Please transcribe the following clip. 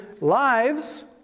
lives